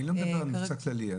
אני לא מדבר על מבצע כללי.